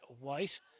white